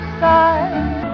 side